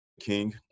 king